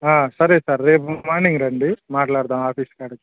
సరే సార్ రేపు మార్నింగ్ రండి మాట్లాడదాము ఆఫీసు కాడికి